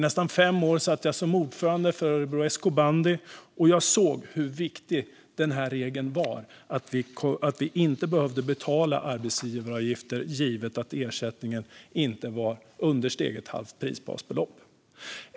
I nästan fem år satt jag som ordförande för Örebro SK Bandy, och jag såg hur viktig regeln om att vi inte behövde betala arbetsgivaravgifter givet att ersättningen understeg ett halvt prisbasbelopp var.